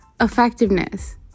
effectiveness